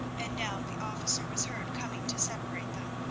and now the officer was heard coming to separate them.